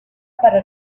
para